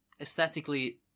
aesthetically